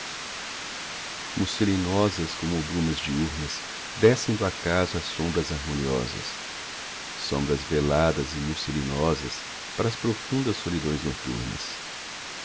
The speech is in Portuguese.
vivos musselinosas como brumas diurnas descem do acaso as sombras harmoniosas sombras veladas e musselinosas para as profundas solidões noturnas